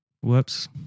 Whoops